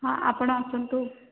ହଁ ଆପଣ ଆସନ୍ତୁ